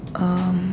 um